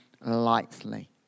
lightly